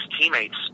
teammates